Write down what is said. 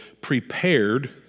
prepared